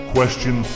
Question